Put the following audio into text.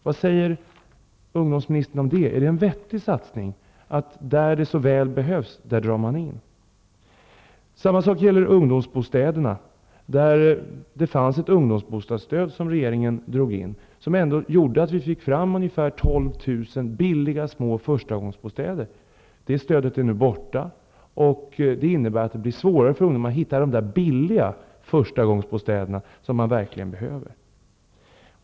Vad säger ungdomsministern om det? Är det en vettig satsning att dra in när det i stället behövs insatser? På samma sätt förhåller det sig med ungdomsbostäderna. Det ungdomsbostadsstöd som har funnits har regeringen dragit in. Men det stödet gjorde ändå att det var möjligt att få fram ungefär 12 000 billiga små s.k. förstagångsbostäder. Det stödet är således numera borttaget. Det innebär att det blir svårare för ungdomarna att hitta den första billiga bostaden, som ju verkligen behövs.